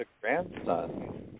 grandson